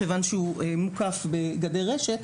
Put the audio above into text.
מכיוון שהוא מוקף בגדר רשת,